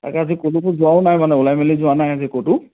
তাকে আজি ক'লৈকে যোৱাও নাই মানে ওলাই মেলি যোৱা নাই আজি ক'তো